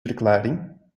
verklaring